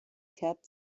kept